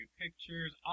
pictures